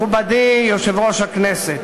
מכובדי יושב-ראש הכנסת,